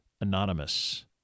anonymous